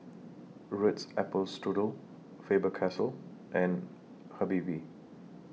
Ritz Apple Strudel Faber Castell and Habibie